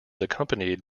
accompanied